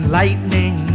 lightning